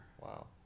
Wow